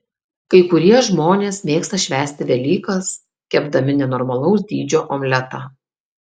kai kurie žmonės mėgsta švęsti velykas kepdami nenormalaus dydžio omletą